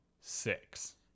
six